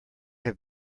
have